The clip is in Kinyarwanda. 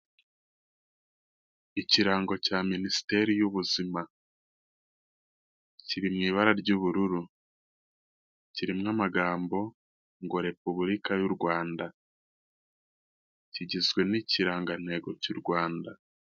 ikirango cya minisiteri y'ubuzima, kiri mu ibara ry'ubururu, kirimo amagambo ngo "repubulika y'u Rwanda," kigizwe n'ikirangantego cy'u Rwanda.